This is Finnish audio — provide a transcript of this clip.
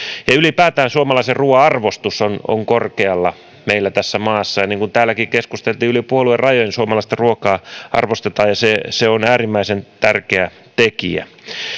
ylipäätään suomalaisen ruuan arvostus on on korkealla meillä tässä maassa ja niin kuin täälläkin keskusteltiin yli puoluerajojen suomalaista ruokaa arvostetaan ja se on äärimmäisen tärkeä tekijä